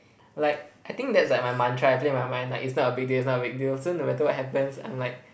like I think that's like my mantra I play in my mind like it's not a big deal it's not a big deal so no matter what happens I'm like